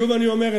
שוב אני אומר,